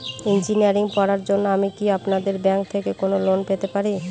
Engineering পড়ার জন্য আমি কি আপনাদের ব্যাঙ্ক থেকে কোন লোন পেতে পারি?